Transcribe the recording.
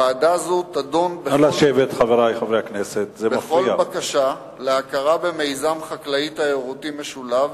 ועדה זו תדון בכל בקשה להכרה במיזם חקלאי תיירותי משולב,